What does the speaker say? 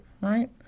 right